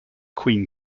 queen